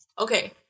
Okay